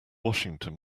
washington